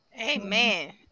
Amen